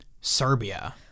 Serbia